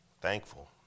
thankful